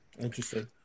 Interesting